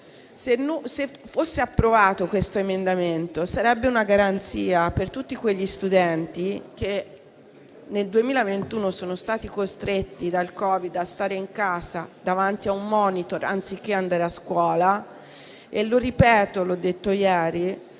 venisse approvato, sarebbe una garanzia per tutti quegli studenti che nel 2021 sono stati costretti dal Covid a stare in casa, davanti a un *monitor*, anziché andare a scuola. Come ho detto ieri,